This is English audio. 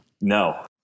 No